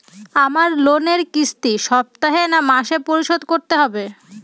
আমার লোনের কিস্তি সপ্তাহে না মাসে পরিশোধ করতে হবে?